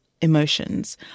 emotions